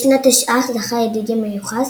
בשנת תשע"ח זכה ידידיה מיוחס,